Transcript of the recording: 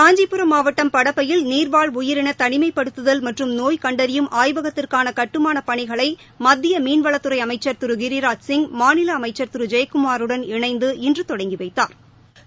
காஞ்சிபுரம் மாவட்டம் படப்பையில் நீர்வாழ் உயிரின தனிமைப்படுத்துதல் மற்றும் நோய் கண்டறியும் ஆய்வகத்திற்கான கட்டுமான பணிகளை மத்திய மீன்வளத்துறை அமைச்சள் திரு கிராஜ் சிங் மாநில அமைச்சா் திரு ஜெயக்குமாருடன் இணைந்து இன்று தொடங்கி வைத்தனா்